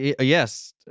Yes